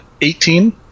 Eighteen